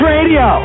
Radio